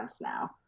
now